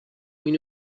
اینو